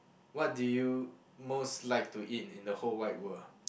what do you most like to eat in the whole wide world